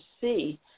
see